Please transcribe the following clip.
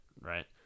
right